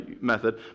method